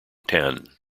tan